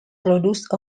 produce